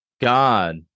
God